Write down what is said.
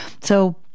So-